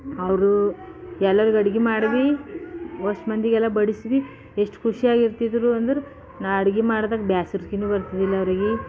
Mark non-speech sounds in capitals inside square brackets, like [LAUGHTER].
ಅವರು ಎಲ್ಲರಿಗೆ ಅಡ್ಗೆ ಮಾಡವಿ ಹೊಸ್ಮಂದಿಗೆ ಎಲ್ಲ [UNINTELLIGIBLE] ಎಷ್ಟು ಖುಷಿಯಾಗಿರ್ತಿದ್ರು ಅಂದ್ರೆ ನಾನು ಅಡ್ಗೆ ಮಾಡ್ದಾಗ ಬ್ಯಾಸರಿಕೆನೂ ಬರ್ತಿದ್ದಿಲ್ಲ ಅವರಿಗೆ